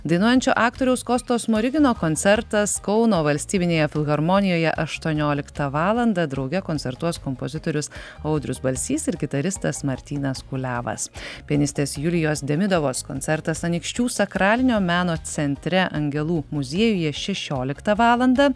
dainuojančio aktoriaus kosto smorigino koncertas kauno valstybinėje filharmonijoje aštuonioliktą valandą drauge koncertuos kompozitorius audrius balsys ir gitaristas martynas kuliavas pianistės julijos demidavos koncertas anykščių sakralinio meno centre angelų muziejuje šešioliktą valandą